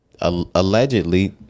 allegedly